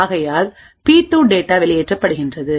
ஆகையால் B 2 data வெளியேற்றப்படுகின்றது